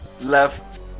left